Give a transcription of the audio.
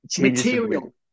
Material